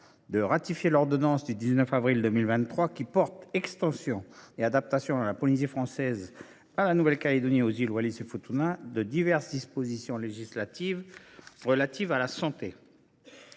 de ratifier l’ordonnance du 19 avril 2023 portant extension et adaptation à la Polynésie française, à la Nouvelle Calédonie et aux îles Wallis et Futuna de diverses dispositions législatives relatives à la santé.